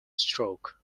stroke